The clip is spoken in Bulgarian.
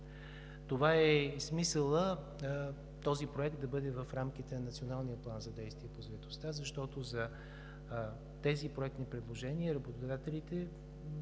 Това е и смисълът този проект да бъде в рамките на Националния план за действие по заетостта, защото за тези проектни предложения изпълнителите